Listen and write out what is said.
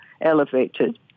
elevated